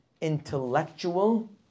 intellectual